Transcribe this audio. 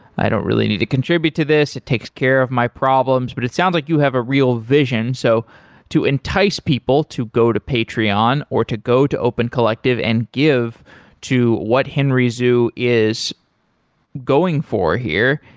i don't really need to contribute to this. it takes care of my problems, but it sounds like you have a real vision. so to entice people to go to patreon, or to go to opencollective and give to what henry zhu is going for here.